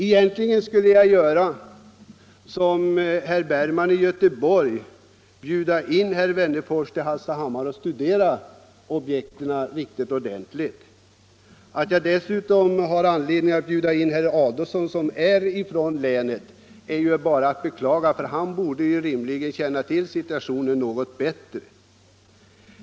Egentligen skulle jag göra som herr Bergman i Göteborg och för min del bjuda in herr Wennerfors till Hallstahammar för att studera objekten ordentligt. Att jag dessutom har anledning bjuda in herr Adolfsson, som är från länet, är att beklaga. Han borde ju rimligen känna till situationen något bättre.